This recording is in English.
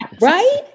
Right